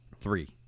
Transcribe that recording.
three